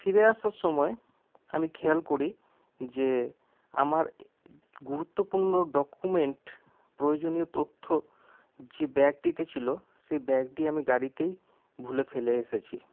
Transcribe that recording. ফিরে আসার সময় আমি খেয়াল করি যে আমার গুরুত্বপূর্ণ ডকুমেন্ট প্রয়োজনীয় তথ্য যে ব্যাগটিতে ছিল সেই ব্যাগটি আমি গাড়িতেই ভুলে ফেলে এসেছি